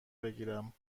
بگیرم